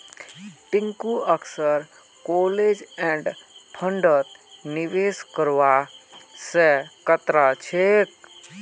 टिंकू अक्सर close end फंडत निवेश करवा स कतरा छेक